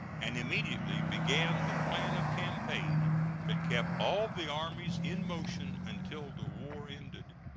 and immediately began the plan of campaign that kept all of the armies in motion until the war ended.